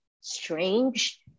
strange